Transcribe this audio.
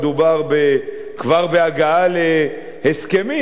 מדובר כבר בהגעה להסכמים,